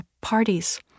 parties